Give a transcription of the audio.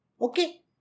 Okay